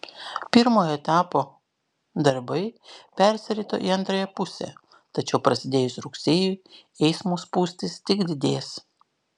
pirmojo etapo darbai persirito į antrąją pusę tačiau prasidėjus rugsėjui eismo spūstys tik didės